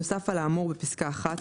(2) נוסף על האמור בפסקה (1),